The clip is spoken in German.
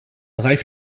reif